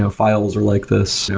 so files are like this.